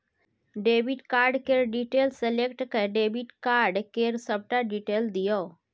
debit card केर detail select कए debit card केर सबटा डिटेल दियौ